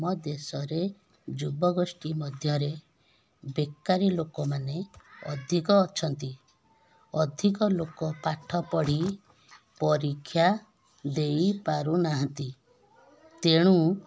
ଆମ ଦେଶରେ ଯୁବ ଗୋଷ୍ଠୀ ମଧ୍ୟରେ ବେକାରୀ ଲୋକମାନେ ଅଧିକ ଅଛନ୍ତି ଅଧକ ଲୋକ ପାଠ ପଢ଼ି ପରୀକ୍ଷା ଦେଇ ପାରୁନାହାଁନ୍ତି ତେଣୁ